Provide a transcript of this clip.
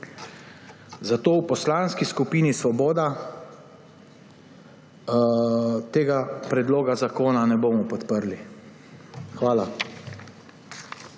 Zato v Poslanski skupini Svoboda tega predloga zakona ne bomo podprli. Hvala.